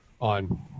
on